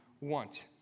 want